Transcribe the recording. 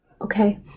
okay